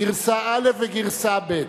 גרסה א' וגרסה ב'.